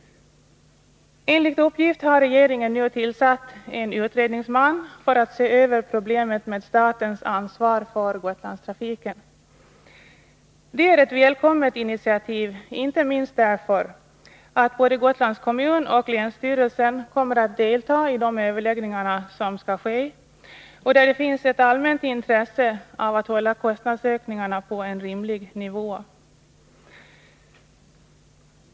Enligt uppgift har regeringen nu tillsatt en utredningsman för att se över problemet med statens ansvar för Gotlandstrafiken. Det är ett välkommet initiativ, inte minst därför att både Gotlands kommun och länsstyrelsen kommer att delta i de överläggningar som skall ske, och det finns ett allmänt intresse av att hålla kostnadsökningarna på en rimlig nivå.